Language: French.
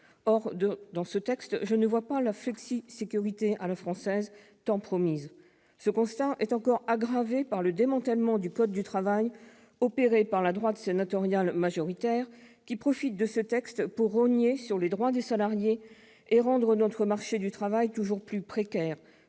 Or, dans ce texte, je ne vois pas la « flexisécurité à la française » tant promise ! Ce constat est encore aggravé par le démantèlement du code du travail opéré par la droite sénatoriale majoritaire, qui profite de ce projet de loi pour rogner sur les droits des salariés et rendre notre marché du travail toujours plus précaire,